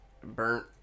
burnt